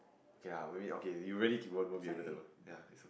okay lah really okay you really won't won't able to ya